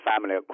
family